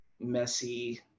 messy